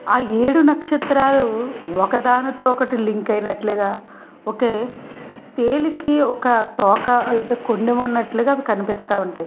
ఆ ఏడు నక్షత్రాలు ఒక దానితో ఒకటి లింక్ అయినట్టుగా ఒకే తేలుకి ఒక తోక లేకపోతే కొండెం అన్నట్టుగా అవి కనిపిస్తు ఉంటాయి